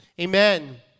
Amen